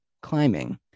climbing